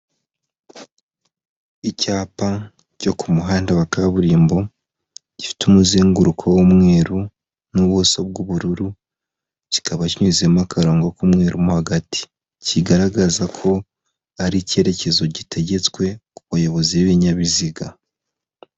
Icyapa cyo ku muhanda wa kaburimbo, gifite umuzenguruko w'umweru n'ubuso bw'ubururu, kikaba kinyuzemo akarongo k'umweru mo hagati. Kigaragaza ko ari icyerekezo gitegetswe ku bayobozi b'ibinyabiziga.